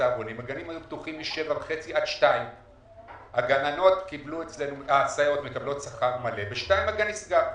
הצהרונים הגנים היו פתוחים מ-7:30 עד 2:00. הסייעות מקבלות שכר מלא ובשעה 2:00 הגן נסגר.